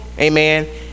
Amen